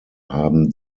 haben